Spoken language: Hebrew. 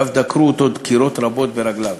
ואף דקרו אותו דקירות רבות ברגליו,